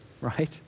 right